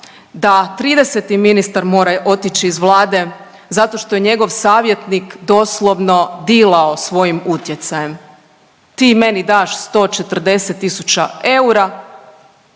da 30. ministar mora otići iz Vlade zato što je njegov savjetnik doslovno dilao svojim utjecajem. Ti meni daš 140 tisuća eura,